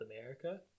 America